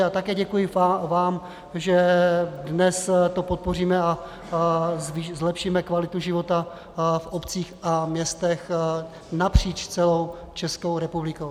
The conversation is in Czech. A také děkuji vám, že dnes to podpoříme a zlepšíme kvalitu života v obcích a městech napříč celou Českou republikou.